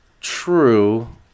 True